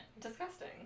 disgusting